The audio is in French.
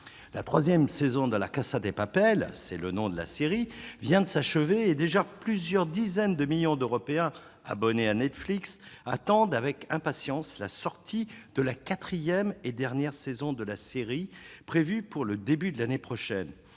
La troisième saison de- c'est le nom de la série en question -vient de s'achever et, déjà, plusieurs dizaines de millions d'Européens abonnés à Netflix attendent avec impatience la sortie de la quatrième et dernière saison, prévue pour le début de l'année prochaine.